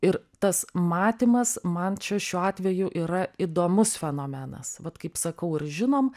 ir tas matymas man čia šiuo atveju yra įdomus fenomenas vat kaip sakau ir žinom